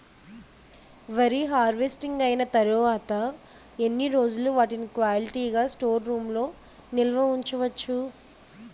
వరి హార్వెస్టింగ్ అయినా తరువత ఎన్ని రోజులు వాటిని క్వాలిటీ గ స్టోర్ రూమ్ లొ నిల్వ ఉంచ వచ్చు?